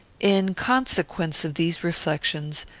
in consequence of these reflections,